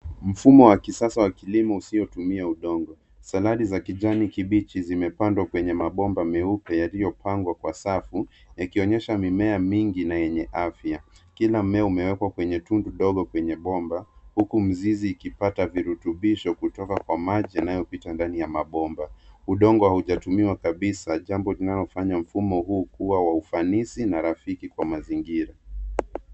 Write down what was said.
Mfumo wa kisasa wa kilimo usiotumia udongo. Sanali za kijanoi kibichi zimepandwa kwenye nabomba meupe, yaliyopangwa kwa safu, yakionyesha mimea mingi na yenye afya. Kila mmea umewekwa kwenye tundu dogo kwenye bomba huku mizizi ikipata virutubisho kutoka kwa maji yanayopita nani ya mabomba. Udongo haujatumiwa kabisa , jambo linalofanya mfumo huu kuwa wa ufanisi na rafiki kwa mazingira.